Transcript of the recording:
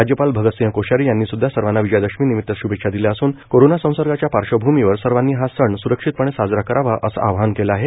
राज्यपाल भगतसिंह कोश्यारी यांनी सुद्धा सर्वांना विजयादशमी निमित्त श्भेच्छा दिल्या असून करोना संसर्गाच्या पार्श्वभूमीवर सर्वांनी हा सण सुरक्षितपणे साजरा करावा असं आवाहन केलं आहे